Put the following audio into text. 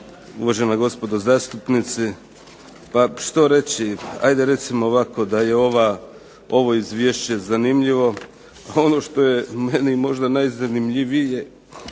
uvažena gospodo zastupnici. Pa što reći, ajde recimo ovako da je ovo izvješće zanimljivo. A ono što je meni možda najzanimljivije